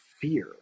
fear